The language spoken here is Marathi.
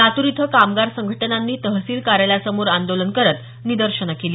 लातूर इथं कामगार संघटनांनी तहसील कार्यालयासमोर आंदोलन करत निदर्शनं केली